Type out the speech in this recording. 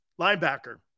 linebacker